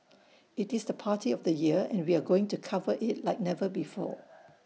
IT is the party of the year and we are going to cover IT like never before